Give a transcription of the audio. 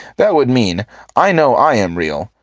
that would mean i know i am real,